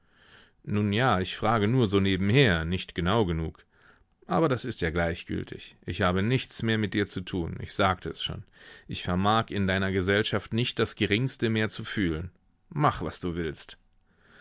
nun ja ich frage nur so nebenher nicht genau genug aber das ist ja gleichgültig ich habe nichts mehr mit dir zu tun ich sagte es schon ich vermag in deiner gesellschaft nicht das geringste mehr zu fühlen mach was du willst